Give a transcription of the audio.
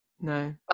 No